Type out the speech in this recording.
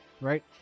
Right